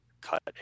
cut